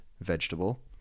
vegetable